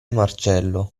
marcello